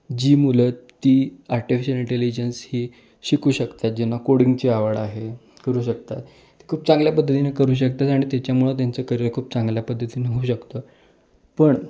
जी मुलं ती artificial intelligence ही शिकू शकतात ज्यांना कोडिंगची आवड आहे करू शकतात ते खूप चांगल्या पद्धतीने करू शकतात आणि त्याच्यामुळं त्यांचं करिअ खूप चांगल्या पद्धतीनं होऊ शकतं पण